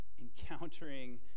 Encountering